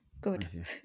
Good